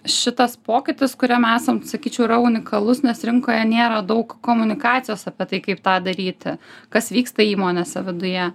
šitas pokytis kuriam esant sakyčiau yra unikalus nes rinkoje nėra daug komunikacijos apie tai kaip tą daryti kas vyksta įmonėse viduje